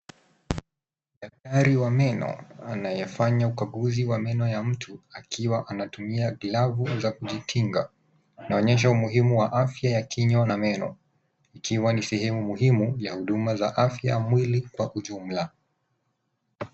Daktari wa meno, anayefanya ukaguzi wa meno ya mtu akiwa anatumia glavu za kujikinga. Inaonyesha umuhimu wa afya ya kinywa na meno, ikiwa ni sehemu muhimu ya huduma za afya ya mwili kwa ujumla.